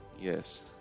Yes